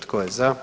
Tko je za?